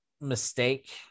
mistake